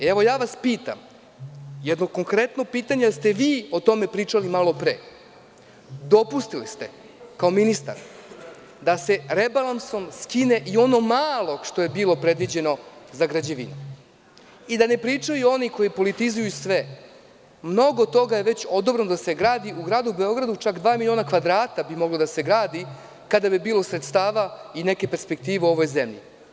Evo, ja vas pitam jedno konkretno pitanje, jer ste vi o tome pričali malopre, dopustili ste kao ministar da se rebalansom skine i ono malo što je bilo predviđeno za građevinu i da ne pričaju oni koji politizuju sve, mnogo toga je već odobreno da se gradi, u Gradu Beogradu čak dva miliona kvadrata bi moglo da se gradi kada bi bilo sredstava i neke perspektive u ovoj zemlji.